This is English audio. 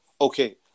okay